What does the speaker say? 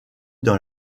dans